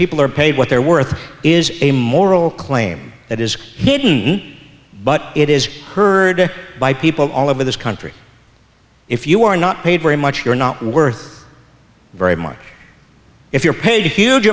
people are paid what they're worth is a moral claim that is hidden but it is heard by people all over this country if you are not paid very much you're not worth very mark if you're paid huge